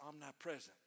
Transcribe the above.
omnipresent